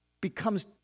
becomes